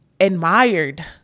admired